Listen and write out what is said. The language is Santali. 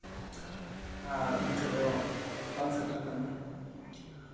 ᱟᱨ ᱩᱱᱤ ᱴᱷᱮᱡ ᱫᱚ ᱵᱟᱝ ᱥᱮᱴᱮᱨᱟᱠᱟᱱᱟ